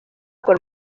por